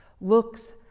looks